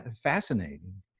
fascinating